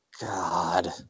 God